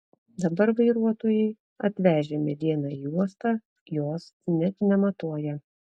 dabar vairuotojai atvežę medieną į uostą jos net nematuoja